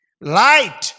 Light